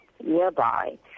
nearby